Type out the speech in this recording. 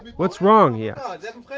what's wrong, he yeah